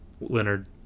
Leonard